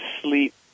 sleep